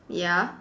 ya